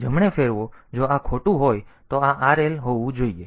તેથી જમણે ફેરવો જો આ ખોટું હોય તો આ RL હોવું જોઈએ